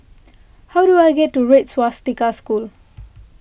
how do I get to Red Swastika School